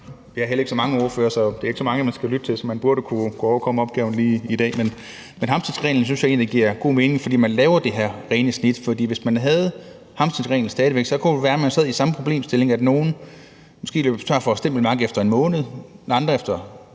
Der er heller ikke så mange ordførere, så det er ikke så mange, man skal lytte til, så man burde kunne overkomme opgaven lige i dag. Men hamstringsreglen synes jeg egentlig giver god mening, fordi man laver det her rene snit, for hvis man stadig væk havde hamstringsreglen, kunne det være, at man sad i samme problemstilling: at nogle måske løb tør for stempelmærker efter 1 måned og andre efter